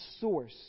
source